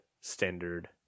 Standard